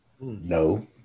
No